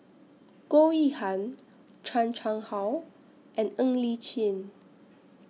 Goh Yihan Chan Chang How and Ng Li Chin